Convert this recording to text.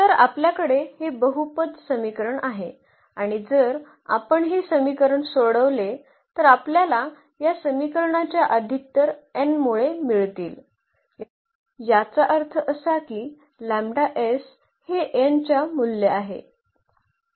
तर आपल्याकडे हे बहुपद समीकरण आहे आणि जर आपण हे समीकरण सोडवले तर आपल्याला या समीकरणाच्या अधिकतर n मुळे मिळतील याचा अर्थ असा की हे n च्या मूल्य आहे